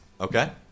Okay